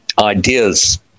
ideas